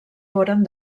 foren